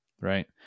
right